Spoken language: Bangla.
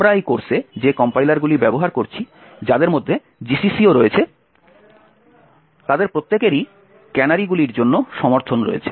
আমরা এই কোর্সে যে কম্পাইলারগুলি ব্যবহার করছি যাদের মধ্যে GCC ও রয়েছে তাদের প্রত্যেকেরই ক্যানারিগুলির জন্য সমর্থন রয়েছে